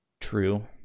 True